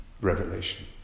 revelation